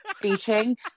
beating